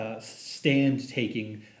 stand-taking